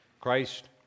Christ